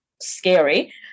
Scary